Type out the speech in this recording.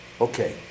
Okay